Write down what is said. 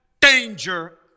danger